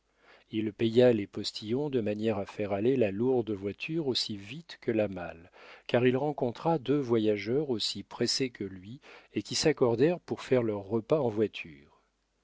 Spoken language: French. il paya les postillons de manière à faire aller la lourde voiture aussi vite que la malle car il rencontra deux voyageurs aussi pressés que lui et qui s'accordèrent pour faire leurs repas en voiture